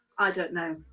don't know.